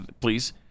please